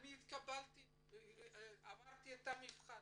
עברתי מבחן,